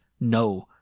no